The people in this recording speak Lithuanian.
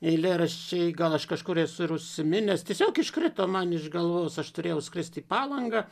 eilėraščiai gal aš kažkur esu ir užsiminęs tiesiog iškrito man iš galvos aš turėjau skrist į palangą